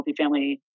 multifamily